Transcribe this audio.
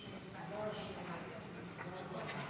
לוועדת הכלכלה